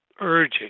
urging